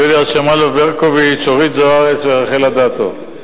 יוליה שמאלוב-ברקוביץ, אורית זוארץ ורחל אדטו.